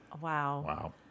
Wow